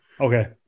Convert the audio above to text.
Okay